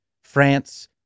France